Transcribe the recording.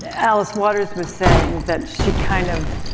alice waters was saying that she kind of,